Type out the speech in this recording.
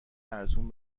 ارزون